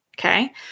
Okay